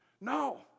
No